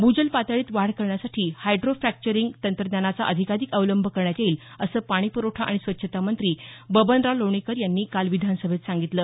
भूजलपातळीत वाढ करण्यासाठी hydro fracturing तंत्रज्ञानाचा अधिकाधिक अवलंब करण्यात येईल असं पाणीपुरवठा आणि स्वच्छता मंत्री बबनराव लोणीकर यांनी काल विधानसभेत सांगितलं